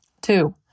Two